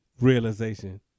realization